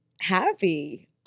happy